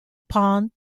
pond